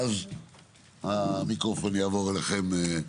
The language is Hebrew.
ואז המיקרופון יעבור אליכם,